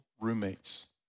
roommates